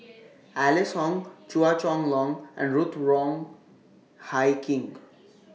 Alice Ong Chua Chong Long and Ruth Wong Hie King